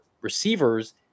receivers